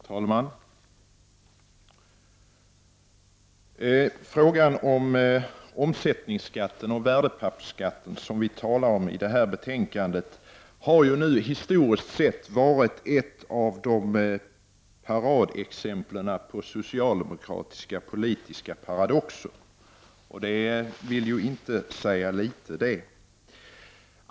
Herr talman! Frågan om omsättningsskatten och värdepappersskatten, som vi talar om i detta betänkande, har historiskt sett varit ett av paradexemplen på socialdemokratiska politiska paradoxer. Det vill inte säga litet.